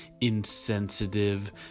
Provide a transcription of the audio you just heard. insensitive